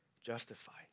justified